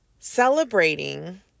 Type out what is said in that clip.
Celebrating